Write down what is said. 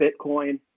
Bitcoin